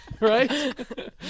Right